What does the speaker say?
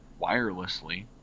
wirelessly